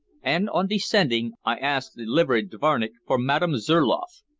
and on descending i asked the liveried dvornick for madame zurloff,